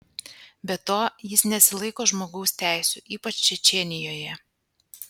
be to jis nesilaiko žmogaus teisių ypač čečėnijoje